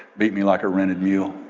beat me like a rented mule.